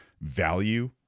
value